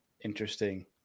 interesting